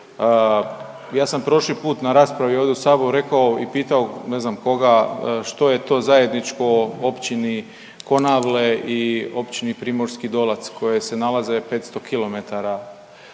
Ja sam prošli put na raspravi ovdje u saboru rekao i pitao ne znam koga što je to zajedničko Općini Konavle i Općini Primorski Dolac koje se nalaze 500 km